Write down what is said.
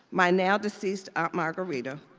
my now deceased aunt margarita,